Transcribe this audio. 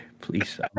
Please